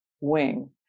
wing